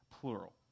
plural